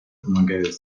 помогают